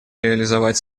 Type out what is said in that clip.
реализовать